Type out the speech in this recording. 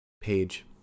Page